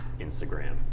Instagram